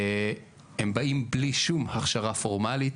הם באים ללא שום הכשרה פורמלית,